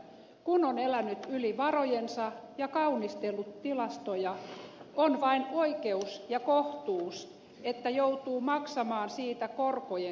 kun on elänyt yli varojensa ja kaunistellut tilastoja on vain oikeus ja kohtuus että joutuu maksamaan siitä korkojen kanssa